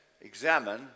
examine